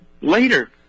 Later